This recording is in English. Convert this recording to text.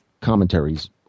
commentaries